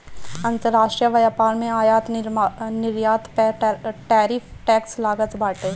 अंतरराष्ट्रीय व्यापार में आयात निर्यात पअ टैरिफ टैक्स लागत बाटे